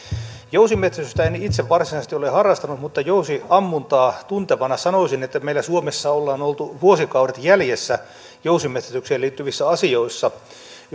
jousimetsästystä en itse varsinaisesti ole harrastanut mutta jousiammuntaa tuntevana sanoisin että meillä suomessa ollaan oltu vuosikaudet jäljessä jousimetsästykseen liittyvissä asioissa